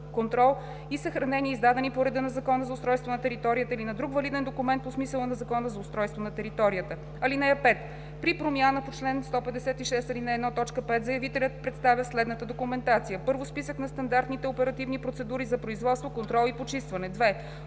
контрол и съхранение, издадени по реда на Закона за устройство на територията, или на друг валиден документ по смисъла на Закона за устройство на територията. (5) При промяна по чл. 156, ал. 1, т. 5 заявителят представя следната документация: 1. списък на стандартните оперативни процедури за производство, контрол и почистване; 2.